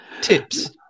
tips